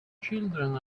children